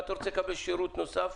אם אתה רוצה לקבל שירות נוסף,